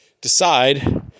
decide